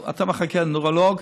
אתה מחכה לנוירולוג?